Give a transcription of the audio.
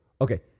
Okay